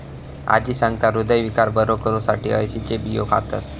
आजी सांगता, हृदयविकार बरो करुसाठी अळशीचे बियो खातत